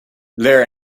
there